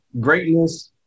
Greatness